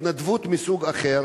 התנדבות מסוג אחר: